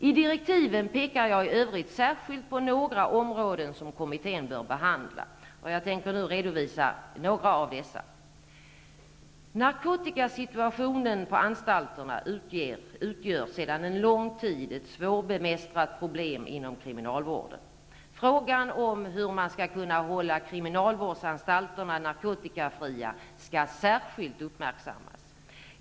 I direktiven pekar jag i övrigt särskilt på några områden som kommittén bör behandla. Jag tänker nu redovisa några av dessa områden. Narkotikasituationen på anstalterna utgör sedan lång tid tillbaka ett svårbemästrat problem inom kriminalvården. Frågan om hur man skall kunna hålla kriminalvårdsanstalterna narkotikafria skall särskilt uppmärksammas.